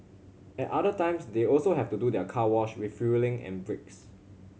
at other times they also have to do their car wash refuelling and breaks